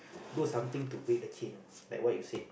lose something to bring the cane like what you said